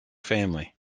family